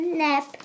nap